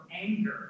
anger